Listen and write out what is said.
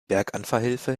berganfahrhilfe